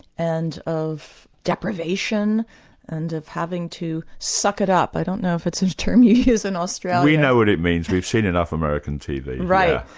and of deprivation and of having to suck it up. i don't know if it's a term you use in australia. we know what it means we've seen enough american tv here. right. yeah